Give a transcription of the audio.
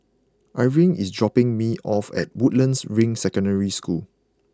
Irving is dropping me off at Woodlands Ring Secondary School